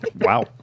Wow